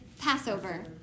Passover